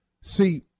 See